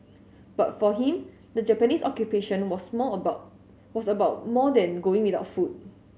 but for him the Japanese Occupation was more about was about more than going without food